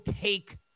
take